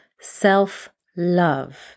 Self-love